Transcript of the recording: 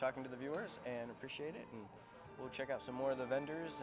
talking to the viewers and appreciate it and we'll check out some more of the vendors